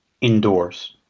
Indoors